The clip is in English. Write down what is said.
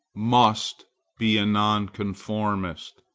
must be a nonconformist.